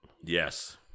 Yes